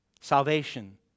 Salvation